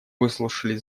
выслушали